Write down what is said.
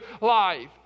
life